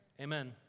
Amen